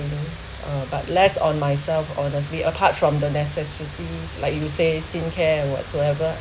uh but less on myself honestly apart from the necessities like you say skincare what so ever